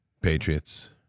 patriots